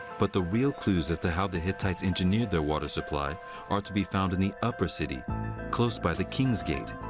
but the real clues as to how the hittites engineered their water supply are to be found in the upper city close by the king's gate.